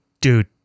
dude